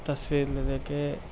تصویر لے لے کے